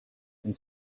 and